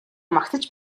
магтаж